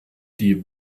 die